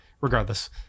regardless